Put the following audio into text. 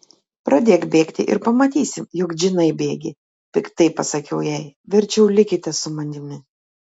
pradėk bėgti ir pamatysi jog džinai bėgi piktai pasakiau jai verčiau likite su manimi